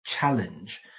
challenge